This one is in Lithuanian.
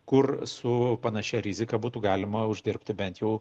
kur su panašia rizika būtų galima uždirbti bent jau